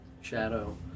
shadow